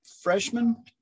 freshman